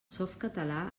softcatalà